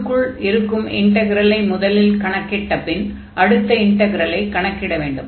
உள்ளுக்குள் இருக்கும் இன்டக்ரலை முதலில் கணக்கிட்ட பின் அடுத்த இன்டக்ரலை கணக்கிட வேண்டும்